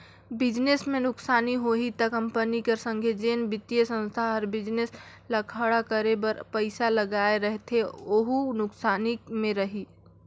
business में नुकसानी होही ता कंपनी कर संघे जेन बित्तीय संस्था हर बिजनेस ल खड़ा करे बर पइसा लगाए रहथे वहूं नुकसानी में रइही